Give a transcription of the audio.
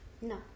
No